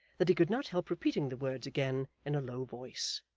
that he could not help repeating the words again in a low voice,